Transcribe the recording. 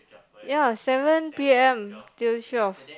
ya seven P_M till twelve